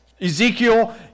Ezekiel